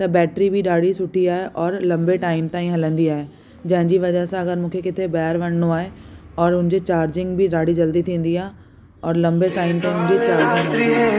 त बैटरी बि ॾाढी सुठी आहे और लंबे टाइम ताईं हलंदी आहे जंहिंजी वज़ह सां अगरि मूंखे किथे ॿाहिरि वञिणो आहे और हुनजी चार्जिंग बि ॾाढी जल्दी थी वेंदी आहे और लंबे